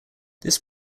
this